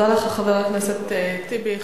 אני מודה לך, חבר הכנסת טיבי.